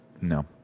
No